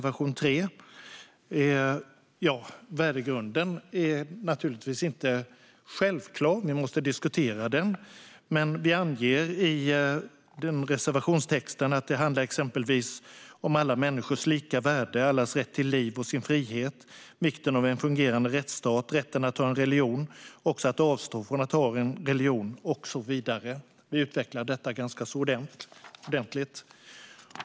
Värdegrunden är inte självklar utan måste diskuteras, men vi anger i reservationstexten att det handlar om alla människors lika värde, allas rätt till liv och frihet, vikten av en fungerande rättsstat, rätten att ha en religion och att avstå från att ha en religion och så vidare. Vi utvecklar detta ganska ordentligt.